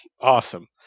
awesome